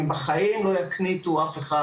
הם בחיים לא יקניטו אף אחד,